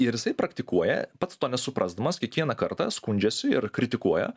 ir jisai praktikuoja pats to nesuprasdamas kiekvieną kartą skundžiasi ir kritikuoja